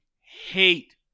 hate